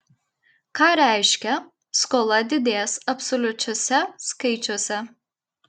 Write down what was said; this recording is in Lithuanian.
ką reiškia skola didės absoliučiuose skaičiuose